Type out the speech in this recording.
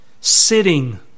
sitting